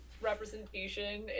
representation